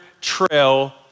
trail